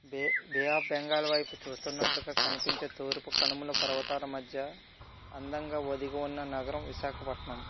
బె bay of Bengal వైపు చూస్తున్నట్టు కనిపించే తూర్పు కనుమల పర్వతాల మధ్య అందంగా ఒదిగి ఉన్న నగరం విశాఖపట్నం